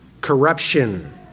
corruption